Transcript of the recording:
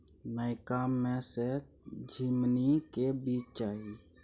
नयका में से झीमनी के बीज चाही?